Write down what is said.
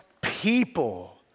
people